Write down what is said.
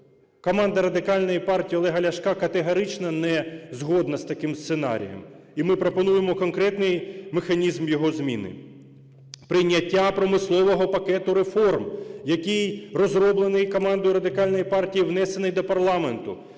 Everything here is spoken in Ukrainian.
Команда Радикальної партії Олега Ляшка категорично не згодна з таким сценарієм, і ми пропонуємо конкретний механізм його зміни: прийняття промислового пакету реформ, який розроблений командою Радикальної партії, внесений до парламенту.